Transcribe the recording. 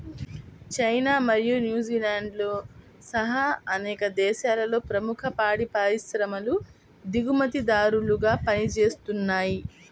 China మరియు న్యూజిలాండ్తో సహా అనేక దేశాలలో ప్రముఖ పాడి పరిశ్రమలు దిగుమతిదారులుగా పనిచేస్తున్నయ్